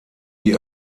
die